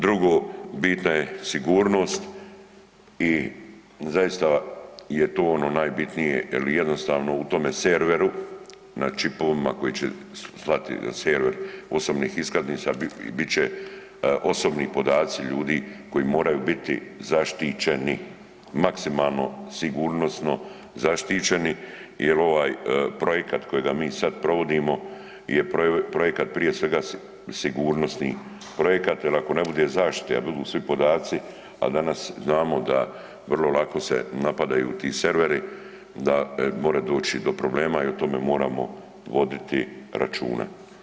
Drugo, bitna je sigurnost i zaista je to ono najbitnije jel jednostavno u tome serveru na čipovima koji će slati server osobnih iskaznica bit će osobni podaci ljudi koji moraju biti zaštićeni, maksimalno sigurnosno zaštićeni jel ovaj projekat kojega mi sada provodimo je projekat prije svega sigurnosni projekat jel ako ne bude zaštite, a budu svi podaci, a danas znamo da vrlo lako se napadaju ti serveri da more doći do problema i o tome moramo voditi računa.